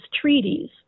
treaties